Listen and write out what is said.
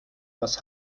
was